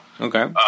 Okay